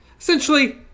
Essentially